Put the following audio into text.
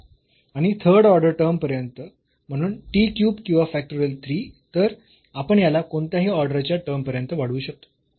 आणि third order term पर्यंत म्हणून t क्यूब किंवा फॅक्टोरियल 3 तर आपण याला कोणत्याही ऑर्डरच्या टर्म पर्यंत वाढवू शकतो